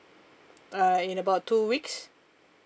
uh in about two weeks